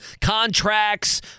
contracts